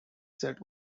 set